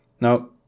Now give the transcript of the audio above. now